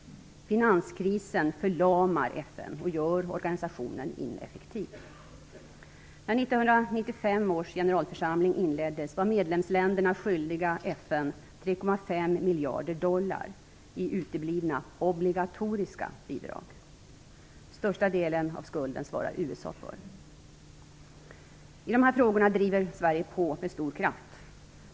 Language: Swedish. Finanskrisen förlamar FN och gör organisationen ineffektiv. När 1995 års generalförsamling inleddes var medlemsländerna skyldiga FN 3,5 miljarder dollar i uteblivna obligatoriska bidrag. Största delen av skulden svarar USA för. I de här frågorna driver Sverige på med stor kraft.